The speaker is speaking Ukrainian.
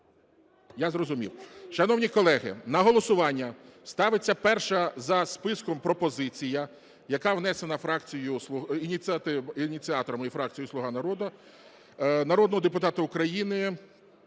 Я зрозумів. Шановні колеги, на голосування ставиться перша за списком пропозиція, яка внесена фракцією… ініціаторами і фракцією "Слуга народу", народного депутата України